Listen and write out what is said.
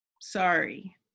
sorry